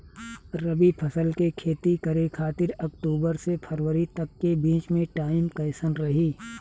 रबी फसल के खेती करे खातिर अक्तूबर से फरवरी तक के बीच मे टाइम कैसन रही?